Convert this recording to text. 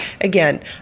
again